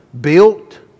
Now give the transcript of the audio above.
Built